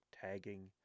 tagging